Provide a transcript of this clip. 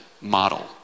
model